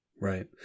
Right